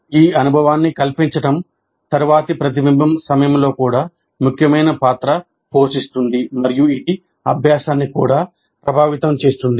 ఈ 'అనుభవాన్ని కల్పించడం' తరువాతి ప్రతిబింబం సమయంలో కూడా ముఖ్యమైన పాత్ర పోషిస్తుంది మరియు ఇది అభ్యాసాన్ని కూడా ప్రభావితం చేస్తుంది